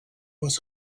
was